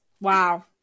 Wow